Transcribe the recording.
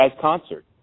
concert